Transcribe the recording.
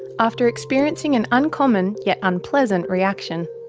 after experiencing an uncommon yet unpleasant reaction.